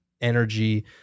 energy